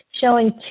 showing